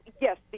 yes